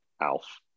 Alf